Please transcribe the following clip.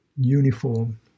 uniform